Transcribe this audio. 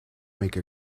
make